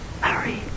Hurry